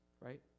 right